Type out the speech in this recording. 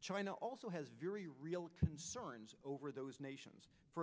china also has very real concerns over those nations for